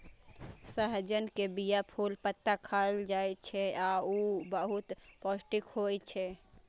सहजन के बीया, फूल, पत्ता खाएल जाइ छै आ ऊ बहुत पौष्टिक होइ छै